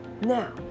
Now